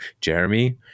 Jeremy